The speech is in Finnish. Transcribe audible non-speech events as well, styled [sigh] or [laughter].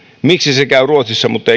miksi se käy ruotsissa mutta [unintelligible]